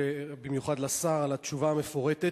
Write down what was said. ובמיוחד לשר על התשובה המפורטת.